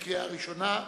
- קריאה ראשונה.